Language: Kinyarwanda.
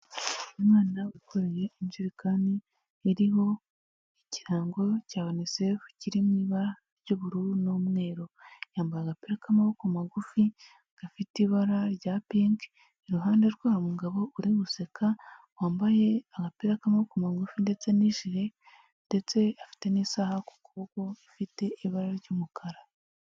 Umwana wikoreye injerekani iriho ikirango cya UNICEF kiri mw’ibara ry'ubururu n'umweru, yambaye agapira k'amaboko magufi gafite ibara rya pinki, iruhande rwe hari umugabo uri guseka wambaye agapira k'amaboko mugufi ndetse n'ijire ndetse afite n'isaha ku kuboko ifite ibara ry'umukara.